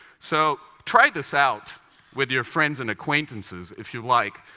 so try this out with your friends and acquaintances, if you like.